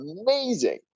amazing